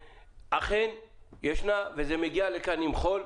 אכן ישנה וזה מגיע לכאן עם חול.